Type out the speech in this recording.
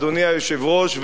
אדוני היושב-ראש,